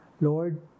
lord